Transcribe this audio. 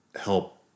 help